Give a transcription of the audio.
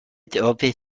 obvious